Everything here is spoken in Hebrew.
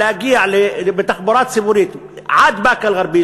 להגיע בתחבורה ציבורית עד באקה-אלע'רביה,